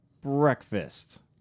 breakfast